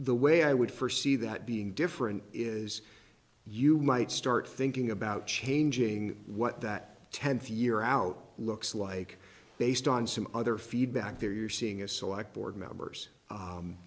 the way i would first see that being different is you might start thinking about changing what that tenth year out looks like based on some other feedback there you're seeing a select board members